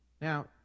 Now